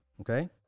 okay